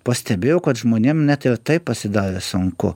pastebėjau kad žmonėm net ir tai pasidarė sunku